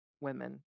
women